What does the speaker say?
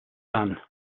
done